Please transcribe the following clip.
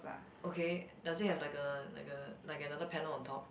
okay does it have like a like a like another panel on top